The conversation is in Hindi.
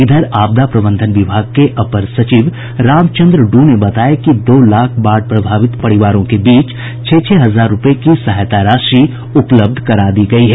इधर आपदा प्रबंधन विभाग के अपर सचिव रामचंद्र डू ने बताया कि दो लाख बाढ़ प्रभावित परिवारों के बीच छह छह हजार रूपये की सहायता राशि उपलब्ध करा दी गयी है